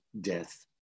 death